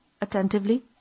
attentively